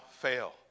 fail